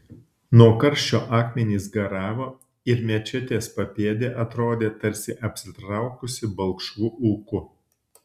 nuo karščio akmenys garavo ir mečetės papėdė atrodė tarsi apsitraukusi balkšvu ūku